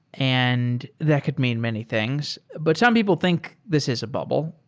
and that could mean many things, but some people think this is a bubble.